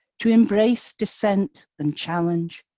to embrace dissent, and challenge.